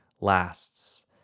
lasts